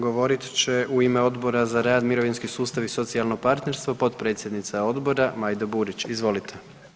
Govorit će u ime Odbora za rad, mirovinski sustav i socijalno partnerstvo potpredsjednica odbora Majda Burić, izvolite.